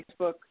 Facebook